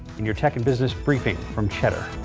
and your tech and business briefing from cheddar.